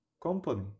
company